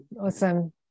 awesome